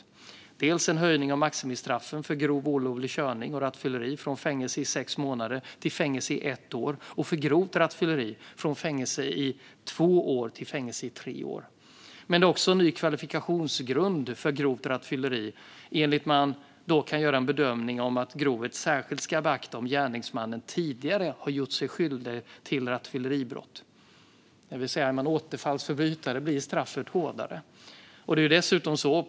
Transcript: Det handlar dels om en höjning av maxstraffet för grov olovlig körning och rattfylleri från fängelse i sex månader till fängelse i ett år och för grovt rattfylleri från fängelse i två år till fängelse i tre år. Det är också en ny kvalifikationsgrund för grovt rattfylleri där grovhet särskilt ska beaktas om gärningsmannen tidigare har gjort sig skyldig till rattfylleribrott. Är man återfallsförbrytare blir alltså straffet hårdare.